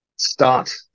start